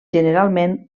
generalment